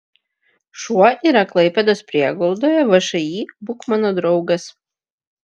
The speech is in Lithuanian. šuo yra klaipėdos prieglaudoje všį būk mano draugas